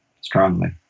strongly